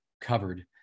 covered